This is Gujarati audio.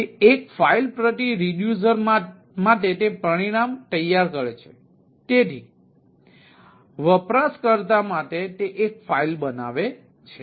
તે એક ફાઈલ પ્રતિ રિડયુસર માટે તે પરિણામ તૈયાર કરે છે તેથી વપરાશકર્તા માટે તે એક ફાઇલ બનાવે છે